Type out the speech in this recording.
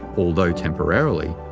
although temporarily,